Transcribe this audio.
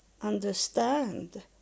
understand